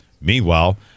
meanwhile